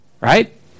right